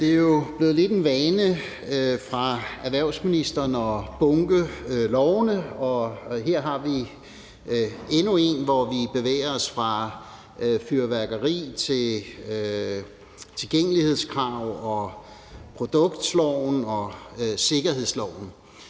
Det er jo blevet lidt en vane fra erhvervsministerens side at bunke lovforslagene, og her har vi endnu et, hvor vi bevæger os fra fyrværkeri til tilgængelighedskrav, produktloven og sikkerhedsloven.